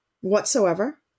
whatsoever